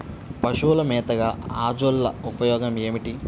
పశువుల మేతగా అజొల్ల ఉపయోగాలు ఏమిటి?